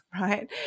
right